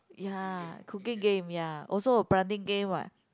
ya cooking game ya also a planting game what